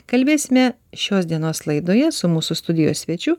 kalbėsime šios dienos laidoje su mūsų studijos svečiu